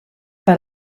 per